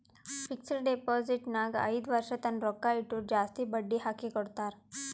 fixed deposit ನಾಗ್ ಐಯ್ದ ವರ್ಷ ತನ್ನ ರೊಕ್ಕಾ ಇಟ್ಟುರ್ ಜಾಸ್ತಿ ಬಡ್ಡಿ ಹಾಕಿ ಕೊಡ್ತಾರ್